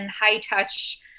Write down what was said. high-touch